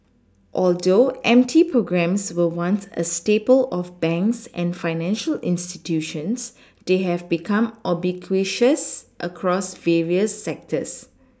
although M T programmes were once a staple of banks and financial institutions they have become ubiquitous across various sectors